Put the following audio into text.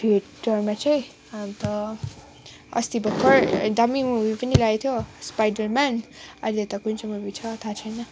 थिएटरमा चाहिँ अन्त अस्ति भर्खर दामी मुभी पनि लागेको थियो स्पाइडरमेन अहिले त कुन चाहिँ मुभी छ थाहा छैन